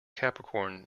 capricorn